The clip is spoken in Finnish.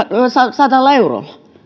sadalla eurolla